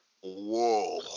Whoa